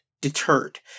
deterred